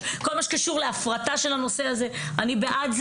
כל מה שקשור להפרטה של הנושא הזה אני בעד,